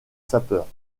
sapeurs